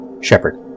Shepard